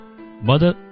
Mother